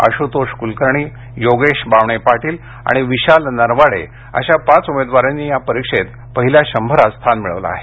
आशुतोष कुलकर्णी योगेश बावणे पाटील आणि विशाल नरवाडे अशा पाच उमेदवारांनी या परीक्षेत पहिल्या शंभरात स्थान मिळवलं आहे